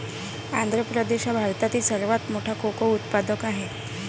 आंध्र प्रदेश हा भारतातील सर्वात मोठा कोको उत्पादक आहे